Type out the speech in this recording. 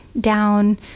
down